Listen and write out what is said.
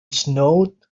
snowed